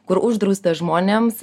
kur uždrausta žmonėms